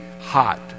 hot